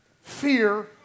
Fear